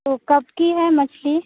तो कब की है मछली